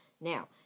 Now